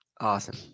Awesome